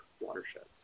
watersheds